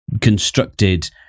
constructed